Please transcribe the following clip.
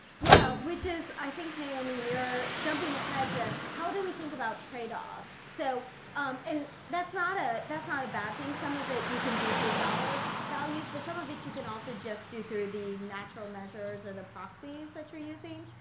yeah, which is i think, naomi, you're jumping ahead to how do we think about trade-offs? so and that's not ah that's not a bad thing. some of it you can do through dollar values, but some of it you can also just do through the natural measures or the proxies that you're using.